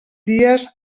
dies